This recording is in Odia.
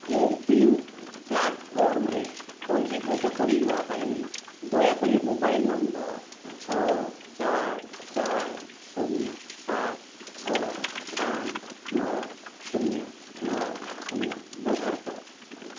କୋୱିନ୍ ପ୍ଲାଟଫର୍ମରେ ପଞ୍ଜୀକୃତ କରିବା ପାଇଁ ଦୟାକରି ମୋବାଇଲ ନମ୍ବର ଛଅ ଚାରି ଚାରି ଶୂନ ସାତ ଛଅ ପାଞ୍ଚ ନଅ ଶୂନ ନଅ ଶୂନ ବ୍ୟବହାର କର